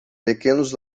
pequenos